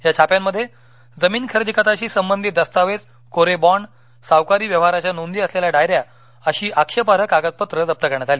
या छाप्यांमध्ये जमीन खरेदीखताशी संबंधित दस्तावेज कोरे बाँण्ड सावकारी व्यवहाराच्या नोंदी असलेल्या डायऱ्या अशी आक्षेपार्ह कागदपत्रं जप्त करण्यात आली